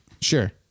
Sure